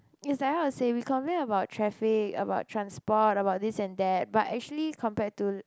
is like how to say we complain about traffic about transport about this and that but actually compared to